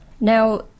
Now